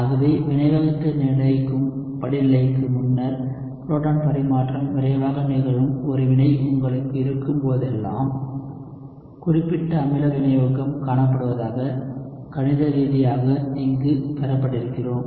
ஆகவே வினைவேகத்தை நிர்ணயிக்கும் படிநிலைக்கு முன்னர் புரோட்டான் பரிமாற்றம் விரைவாக நிகழும் ஒரு வினை உங்களுக்கு இருக்கும் போதெல்லாம் குறிப்பிட்ட அமில வினையூக்கம் காணப்படுவதாக கணித ரீதியாக இங்கு பெறப்பட்டிருக்கிறோம்